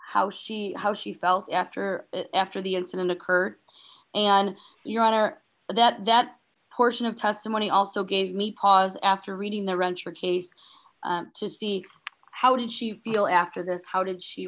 how she how she felt after after the incident occurred and your honor that that portion of testimony also gave me pause after reading the rancher case to see how did she feel after this how did she